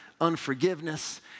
unforgiveness